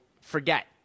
forget